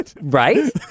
Right